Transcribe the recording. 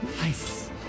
nice